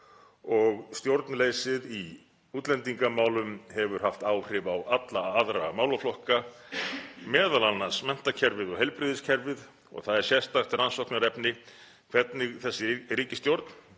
Stjórnleysið í útlendingamálum hefur haft áhrif á alla aðra málaflokka, m.a. menntakerfið og heilbrigðiskerfið. Það er sérstakt rannsóknarefni hvernig þessi ríkisstjórn